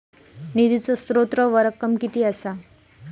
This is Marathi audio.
निधीचो स्त्रोत व रक्कम कीती असा?